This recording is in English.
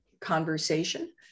conversation